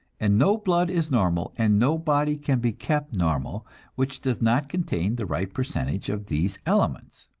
and no blood is normal and no body can be kept normal which does not contain the right percentage of these elements.